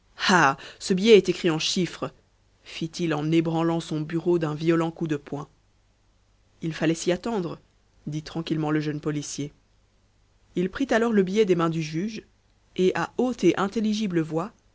ce billet est écrit en chiffres fit-il en ébranlant son bureau d'un violent coup de poing il fallait s'y attendre dit tranquillement le jeune policier il prit alors le billet des mains du juge et à haute et intelligible voix